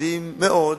וסודיים מאוד,